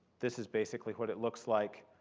this is basically what it looks like.